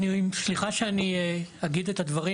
סליחה שאני אגיד את הדברים,